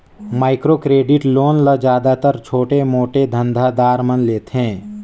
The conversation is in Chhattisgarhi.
माइक्रो क्रेडिट लोन ल जादातर छोटे मोटे धंधा दार मन लेथें